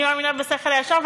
אני מאמינה בשכל הישר.